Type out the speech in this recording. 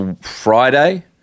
Friday